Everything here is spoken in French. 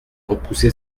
repoussé